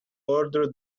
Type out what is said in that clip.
order